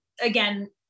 again